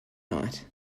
night